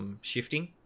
shifting